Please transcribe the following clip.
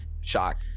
shocked